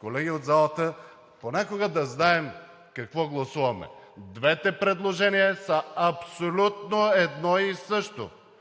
Колеги от залата, понякога да знаем какво гласуваме. Двете предложения са абсолютно едно и също.